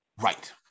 Right